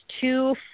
two